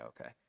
okay